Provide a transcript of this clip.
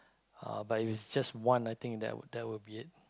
uh but if it's just one I think that would that would be it